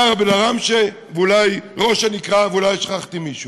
לערב אל-עראמשה ואולי שכחתי מישהו.